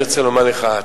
אני רוצה לומר לך,